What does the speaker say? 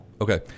Okay